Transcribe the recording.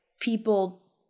people